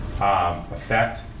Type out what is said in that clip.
Effect